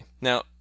Now